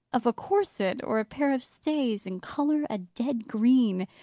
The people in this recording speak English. of a corset, or a pair of stays, in colour a dead green.